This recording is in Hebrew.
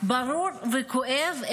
ברור וכואב.